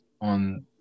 on